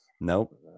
nope